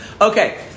Okay